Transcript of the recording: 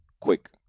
quick